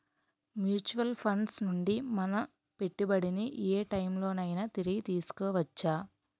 Mutual funds నుండి మన పెట్టుబడిని ఏ టైం లోనైనా తిరిగి తీసుకోవచ్చా?